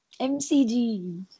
MCG